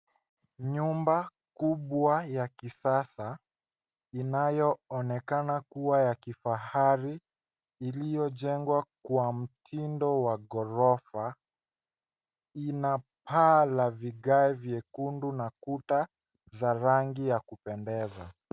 Nyumba kubwa ya kisasa inayoonekana kua ya kifahari iliyojengwa kwa mtindo wa gorofa ina paa ya vigai vyekundu na kuta ya rangi ya kupendeza.